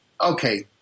Okay